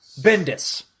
Bendis